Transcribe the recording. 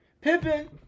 Pippin